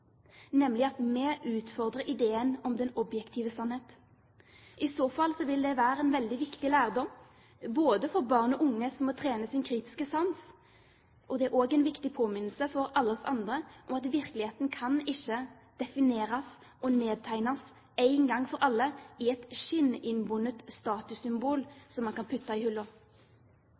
nemlig at vi utfordrer ideen om den objektive sannhet. I så fall vil det være en veldig viktig lærdom både for barn og unge, som må trene sin kritiske sans, og en viktig påminnelse for alle oss andre om at virkeligheten ikke kan defineres og nedtegnes én gang for alle i et skinninnbundet statussymbol som man kan putte i